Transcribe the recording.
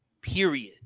Period